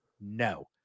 No